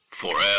Forever